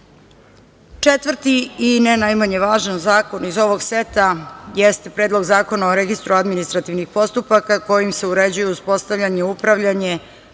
uspeli. Četvrti i ne najmanje važan zakon iz ovog seta jeste Predlog zakona o Registru administrativnih postupaka kojim se uređuje uspostavljanje, upravljanje,